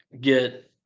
get